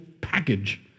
package